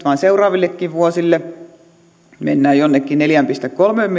vaan seuraavillekin vuosille mennään jonnekin yhteensä neljään pilkku kolmeen